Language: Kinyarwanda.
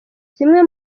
zimwe